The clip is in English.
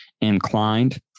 inclined